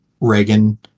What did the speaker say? Reagan